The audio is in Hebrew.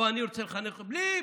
או אני רוצה לחנך אותך, בלי מחנות,